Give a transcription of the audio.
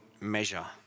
measure